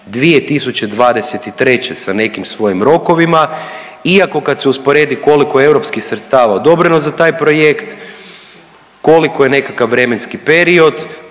2023. sa nekim svojim rokovima iako kad se usporedi koliko je europskih sredstava odobreno za taj projekt, koliko je nekakav vremenski period,